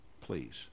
please